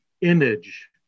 image